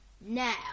Now